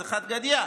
זה חד גדיא.